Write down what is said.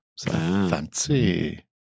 Fancy